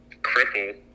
cripple